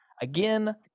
again